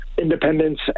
independence